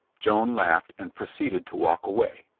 joan laughed and proceeded to walk away.